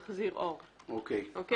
אני אומר